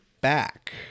back